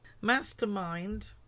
Mastermind